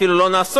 אפילו לא נאסור,